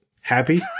Happy